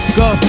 go